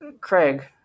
Craig